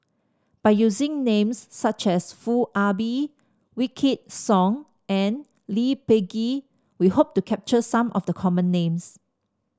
by using names such as Foo Ah Bee Wykidd Song and Lee Peh Gee we hope to capture some of the common names